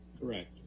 Correct